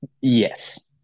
Yes